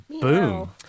Boom